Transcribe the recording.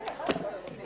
בשעה 11:40.